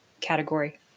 category